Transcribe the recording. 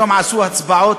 היום עשו הצבעות.